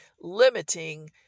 limiting